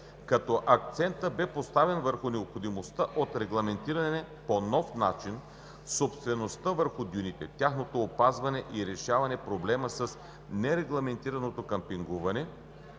като акцентът бе поставен върху необходимостта от регламентиране по нов начин собствеността върху дюните, тяхното опазване и решаване на проблема с нерегламентираното къмпингуване